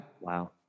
Wow